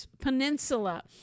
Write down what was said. peninsula